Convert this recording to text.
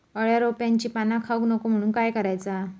अळ्या रोपट्यांची पाना खाऊक नको म्हणून काय करायचा?